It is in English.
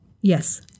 Yes